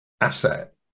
asset